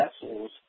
vessels